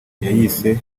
yayise